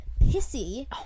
pissy